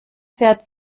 fährt